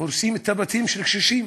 הורסים את הבתים של קשישים,